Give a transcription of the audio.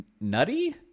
nutty